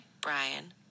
Brian